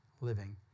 living